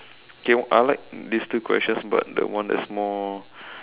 okay I like these two questions but the one that is more